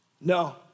No